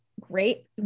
great